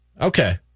Okay